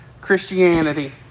Christianity